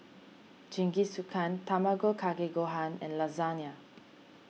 Jingisukan Tamago Kake Gohan and Lasagne